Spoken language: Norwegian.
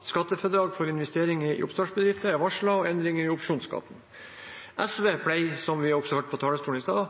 skattefradrag for investeringer i oppstartsbedrifter og endringer i opsjonsskatten. SV pleier, som vi også hørte fra talerstolen i stad,